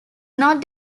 not